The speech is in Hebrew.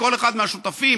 כל אחד מהשותפים